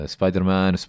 Spider-Man